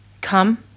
come